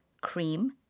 cream